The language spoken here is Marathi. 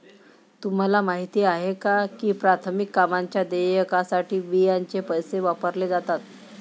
तुम्हाला माहिती आहे का की प्राथमिक कामांच्या देयकासाठी बियांचे पैसे वापरले जातात?